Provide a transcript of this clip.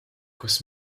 kus